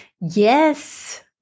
Yes